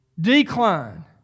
decline